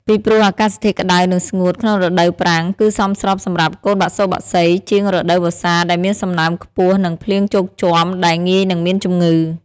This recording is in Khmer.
ពីព្រោះអាកាសធាតុក្តៅនិងស្ងួតក្នុងរដូវប្រាំង គឺសមស្របសម្រាប់កូនបសុបក្សីជាងរដូវវស្សាដែលមានសំណើមខ្ពស់និងភ្លៀងជោគជាំ ដែលងាយនិងមានជំងឺ។